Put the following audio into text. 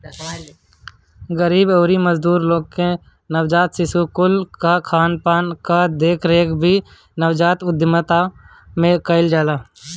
गरीब अउरी मजदूर लोग के नवजात शिशु कुल कअ खानपान कअ देखरेख भी नवजात उद्यमिता में कईल जाला